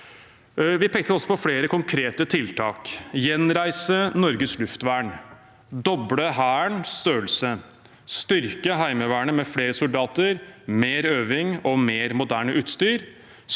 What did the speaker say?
Vi pekte også på flere konkrete tiltak: gjenreise Norges luftvern, doble Hærens størrelse, styrke Heimevernet med flere soldater, mer øving og mer moderne utstyr,